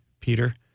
Peter